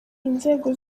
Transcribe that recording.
inzego